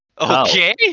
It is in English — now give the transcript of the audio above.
Okay